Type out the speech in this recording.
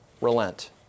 relent